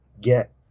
get